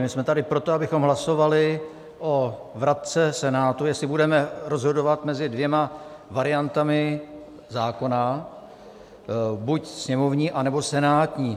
My jsme tady pro to, abychom hlasovali o vratce Senátu, jestli budeme rozhodovat mezi dvěma variantami zákona, buď sněmovní, anebo senátní.